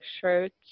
shirts